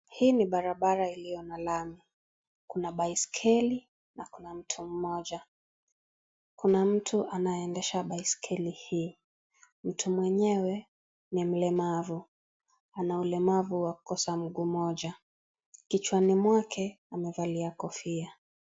Hii ni barabara iliyo na lami, kuna baiskeli na kuna mtu mmoja kuna mtu anayeendesha baiskeli hii, mtu mwenyewe ni mlemavu anaulemavu wa kukosa mguu mmoja, kichwani mwake amevalia kofia.